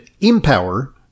empower